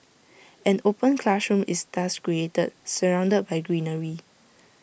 an open classroom is thus created surrounded by greenery